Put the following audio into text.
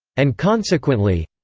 and consequently.